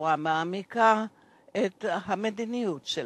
בצורה מעמיקה את המדיניות שלה.